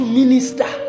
minister